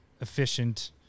efficient